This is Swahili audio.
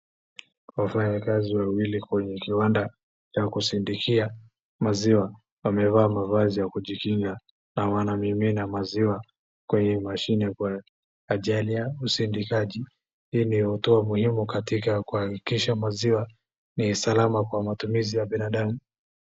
Wafanyikazi wawili kwenye kiwanda cha kusindikia maziwa, wamevaa mavazi ya kujikinga na wanamimina maziwa kwenye mashine kwa ajili ya usindikaji. Hii ni hatua muhimu katika kuhakikisha maziwa ni salama kwa matumizi ya binadamu.